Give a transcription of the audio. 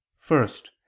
First